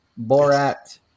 Borat